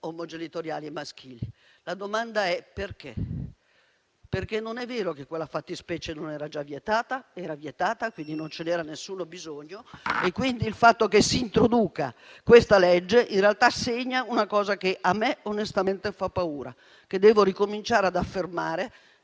omogenitoriali maschili. La domanda è: perché? Non è vero che quella fattispecie non fosse già vietata, quindi non ce n'era alcun bisogno e il fatto che si introduca questa legge in realtà segna una cosa che a me onestamente fa paura: devo ricominciare ad affermare